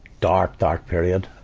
dark, dark period.